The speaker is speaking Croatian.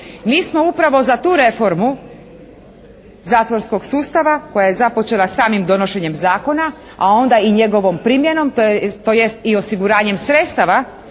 Mi smo upravo za tu reformu zatvorskog sustava koja je započela samim donošenjem zakona, a onda i njegovom primjenom, tj. i osiguranjem sredstava,